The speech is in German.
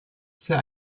für